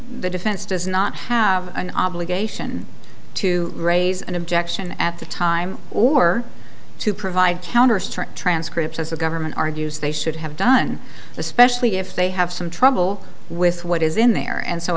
the defense does not have an obligation to raise an objection at the time or to provide counters transcripts as the government argues they should have done especially if they have some trouble with what is in there and so